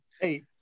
Hey